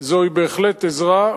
זוהי בהחלט עזרה,